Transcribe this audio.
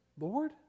Lord